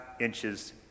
inches